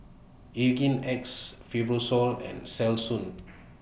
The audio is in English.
Hygin X Fibrosol and Selsun